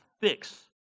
fix